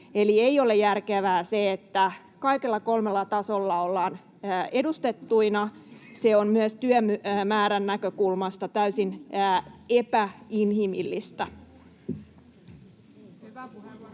Eli ei ole järkevää se, että kaikilla kolmella tasolla ollaan edustettuina. Se on myös työmäärän näkökulmasta täysin epäinhimillistä. Edustaja